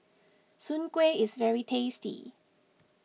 Soon Kueh is very tasty